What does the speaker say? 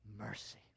mercy